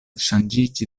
ŝanĝiĝi